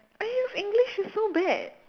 English is so bad